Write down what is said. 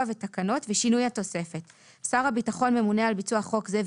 ותקנות ושינוי התוספת 48. (א) שר הביטחון ממונה על ביצוע חוק זה,